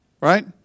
Right